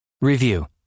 Review